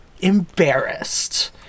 embarrassed